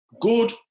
good